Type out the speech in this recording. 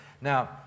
Now